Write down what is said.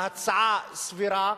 ההצעה סבירה,